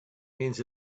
means